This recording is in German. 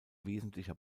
wesentlicher